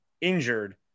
injured